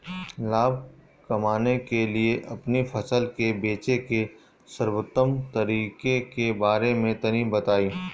लाभ कमाने के लिए अपनी फसल के बेचे के सर्वोत्तम तरीके के बारे में तनी बताई?